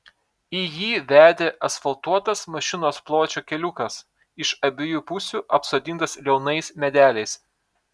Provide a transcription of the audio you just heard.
į jį vedė asfaltuotas mašinos pločio keliukas iš abiejų pusių apsodintas liaunais medeliais